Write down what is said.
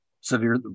severe